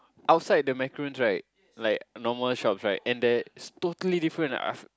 outside the macaroon right like normal shop right and the totally different ah I've